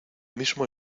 mismo